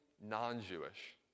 non-Jewish